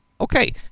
Okay